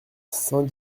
saint